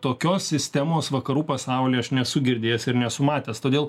tokios sistemos vakarų pasaulyje aš nesu girdėjęs ir nesu matęs todėl